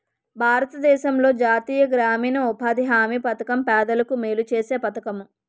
భారతదేశంలో జాతీయ గ్రామీణ ఉపాధి హామీ పధకం పేదలకు మేలు సేసే పధకము